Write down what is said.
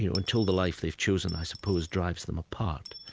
you know until the life they've chosen i suppose drives them apart.